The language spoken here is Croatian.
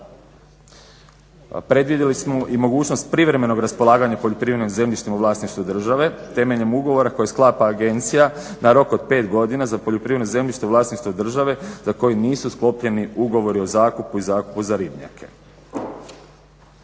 Predvidjeli smo mogućnost i privremenog raspolaganja poljoprivrednim zemljištem u vlasništvu države temeljem ugovora koji sklapa agencija na rok od pet godina za poljoprivredno zemljište u vlasništvu države za koji nisu sklopljeni ugovori o zakupu i zakupu za ribnjake.